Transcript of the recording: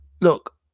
Look